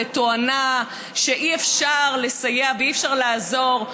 בתואנה שאי-אפשר לסייע ואי-אפשר לעזור,